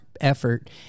effort